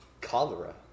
Cholera